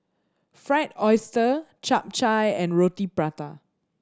Fried Oyster Chap Chai and Roti Prata